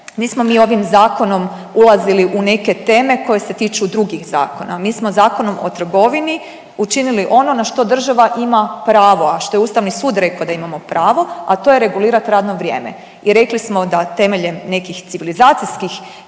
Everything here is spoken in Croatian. Nismo mi ovim zakonom ulazili u neke teme koje se tiču drugih zakona. Mi smo Zakonom o trgovini učinili ono na što država ima pravo, a što je Ustavni sud rekao da imamo pravo, a to je regulirat ravno vrijeme i rekli smo da temeljem nekih civilizacijskih